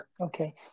Okay